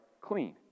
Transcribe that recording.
clean